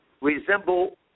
resemble –